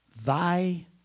thy